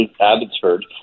Abbotsford